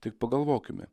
tik pagalvokime